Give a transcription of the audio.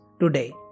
today